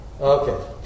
Okay